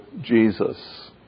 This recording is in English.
Jesus